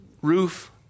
roof